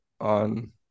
on